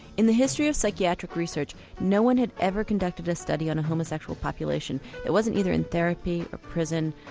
in the history of psychiatric research no one had ever conducted a study on a homosexual population that wasn't either in therapy, or prison,